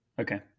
Okay